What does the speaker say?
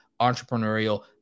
entrepreneurial